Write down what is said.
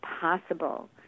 possible